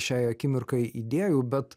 šiai akimirkai idėjų bet